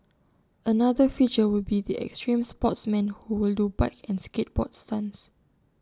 another feature will be the extreme sportsmen who will do bike and skateboard stunts